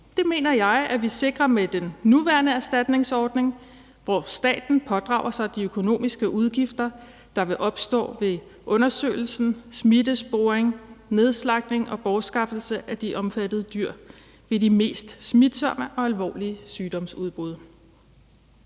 Det mener jeg vi sikrer med den nuværende erstatningsordning, hvor staten pådrager sig de økonomiske udgifter, der vil opstå ved undersøgelse, smitteopsporing, nedslagtning og bortskaffelse af de omfattede dyr med de mest smitsomme og alvorlige sygdomsudbrud.